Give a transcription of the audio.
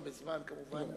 כולה,